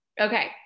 okay